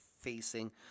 facing